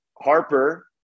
Harper